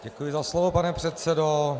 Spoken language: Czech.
Děkuji za slovo, pane předsedo.